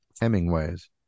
Hemingways